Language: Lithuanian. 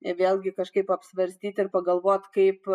vėlgi kažkaip apsvarstyt ir pagalvot kaip